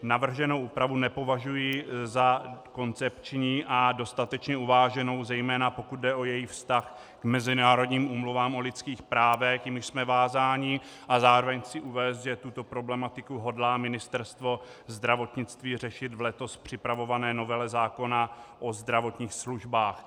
Navrženou úpravu nepovažuji za koncepční a dostatečně uváženou, zejména pokud jde o jejich vztah k mezinárodním úmluvám o lidských právech, jimiž jsme vázáni, a zároveň chci uvést, že tuto problematiku hodlá Ministerstvo zdravotnictví řešit v letos připravované novele zákona o zdravotních službách.